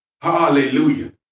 Hallelujah